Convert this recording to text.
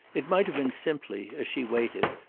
it might have been simply, as she waited,